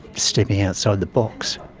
stepping outside the box.